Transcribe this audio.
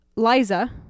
Liza